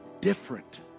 different